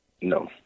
No